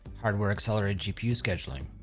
hardware-accelerated gpu scheduling.